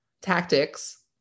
tactics